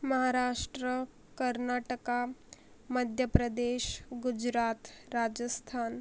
Maharashtra Karnataka Madhya Pradesh Gujarat Rajasthan